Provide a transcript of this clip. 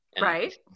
Right